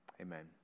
Amen